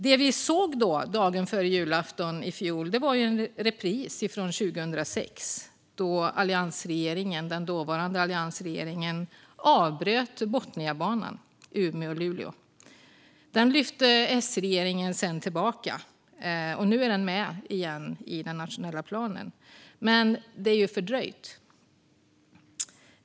Det vi såg då, dagen före julafton i fjol, var en repris från 2006 då den dåvarande alliansregeringen avbröt Norrbotniabanan Umeå-Luleå. Den lyfte S-regeringen sedan tillbaka. Nu är den med igen i den nationella planen, men den är ju fördröjd.